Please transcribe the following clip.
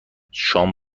شام